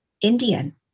Indian